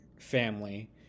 family